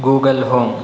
Google home